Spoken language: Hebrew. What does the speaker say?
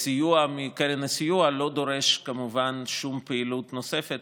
סיוע מקרן הסיוע לא דורש כמובן שום פעילות נוספת